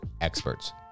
experts